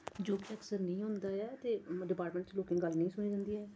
जो कि अफसर नेईं होंदा ऐ ते मतलब डिपार्टमैंट च लोकें दी गल्ल निं सुनी जंदी ऐ